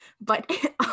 But-